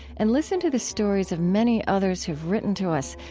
and listen to the stories of many others who've written to us.